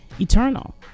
eternal